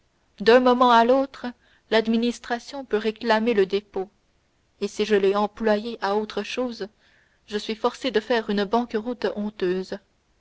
d'un moment à l'autre l'administration peut réclamer le dépôt et si je l'ai employé à autre chose je suis forcé de faire une banqueroute honteuse